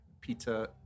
peter